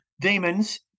demons